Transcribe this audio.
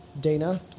Dana